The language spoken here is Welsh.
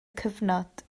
cyfnod